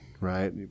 right